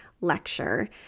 lecture